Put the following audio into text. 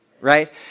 right